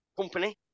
company